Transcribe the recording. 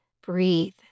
breathe